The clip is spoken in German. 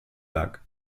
lag